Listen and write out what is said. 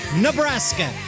Nebraska